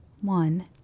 One